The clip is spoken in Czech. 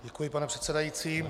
Děkuji, pane předsedající.